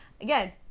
again